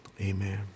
amen